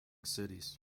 cities